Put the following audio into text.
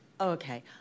Okay